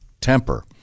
Temper